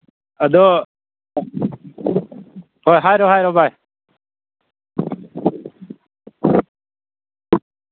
ꯑꯗꯣ ꯍꯣꯏ ꯍꯥꯏꯔꯣ ꯍꯥꯏꯔꯣ ꯚꯥꯏ